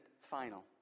final